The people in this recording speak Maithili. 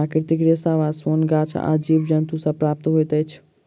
प्राकृतिक रेशा वा सोन गाछ आ जीव जन्तु सॅ प्राप्त होइत अछि